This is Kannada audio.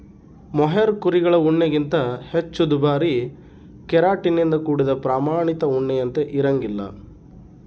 ಮೊಹೇರ್ ಕುರಿಗಳ ಉಣ್ಣೆಗಿಂತ ಹೆಚ್ಚು ದುಬಾರಿ ಕೆರಾಟಿನ್ ನಿಂದ ಕೂಡಿದ ಪ್ರಾಮಾಣಿತ ಉಣ್ಣೆಯಂತೆ ಇರಂಗಿಲ್ಲ